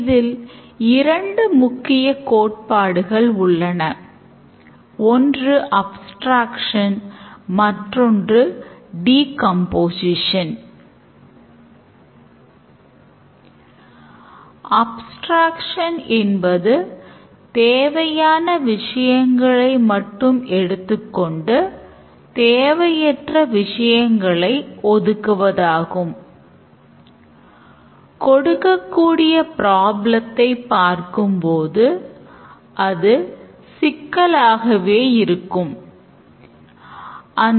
இதில் இரண்டு முக்கிய கோட்பாடுகள் உள்ளன ஒன்று அப்ஸ்டிரேக்ஸன்